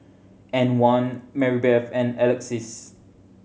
Antwan Marybeth and Alexis